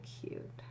cute